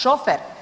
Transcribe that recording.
Šofer?